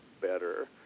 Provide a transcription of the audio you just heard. better